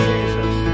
Jesus